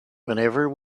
whenever